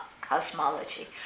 Cosmology